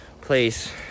place